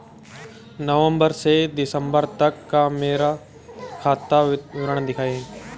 नवंबर से दिसंबर तक का मेरा खाता विवरण दिखाएं?